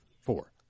four